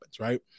right